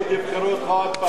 בליכוד יבחרו אותך עוד פעם.